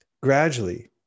gradually